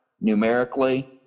numerically